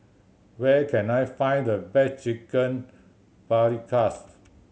where can I find the best Chicken Paprikas